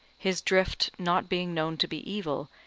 his drift not being known to be evil,